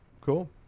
Cool